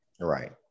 Right